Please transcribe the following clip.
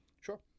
Sure